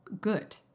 good